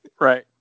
right